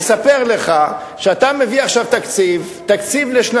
לספר לך שאתה מביא עכשיו תקציב לשנתיים,